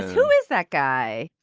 who is that guy.